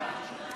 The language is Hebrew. ההצעה